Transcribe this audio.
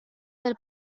del